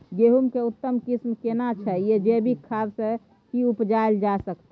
गेहूं के उत्तम किस्म केना छैय जे जैविक खाद से भी उपजायल जा सकते?